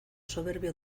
soberbio